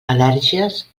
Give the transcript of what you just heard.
al·lèrgies